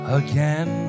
again